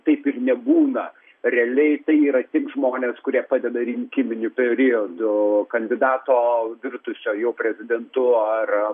taip ir nebūna realiai tai yra tik žmonės kurie padeda rinkiminiu periodu kandidato virtusio jau prezidentu ar